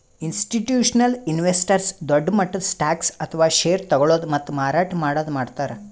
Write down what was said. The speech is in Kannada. ಇಸ್ಟಿಟ್ಯೂಷನಲ್ ಇನ್ವೆಸ್ಟರ್ಸ್ ದೊಡ್ಡ್ ಮಟ್ಟದ್ ಸ್ಟಾಕ್ಸ್ ಅಥವಾ ಷೇರ್ ತಗೋಳದು ಮತ್ತ್ ಮಾರಾಟ್ ಮಾಡದು ಮಾಡ್ತಾರ್